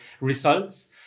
results